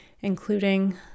including